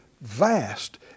vast